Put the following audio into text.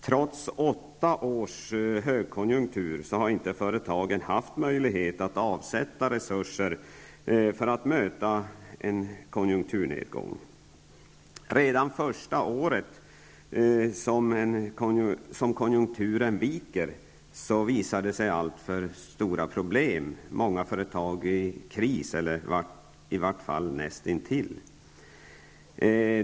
Trots åtta års högkonjunktur har företagen inte haft möjlighet att avsätta resurser för att möta en konjunkturnedgång. Redan under det första året som konjunkturen vek uppstod stora problem. Många företag är i kris, eller i vart fall näst intill.